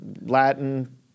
Latin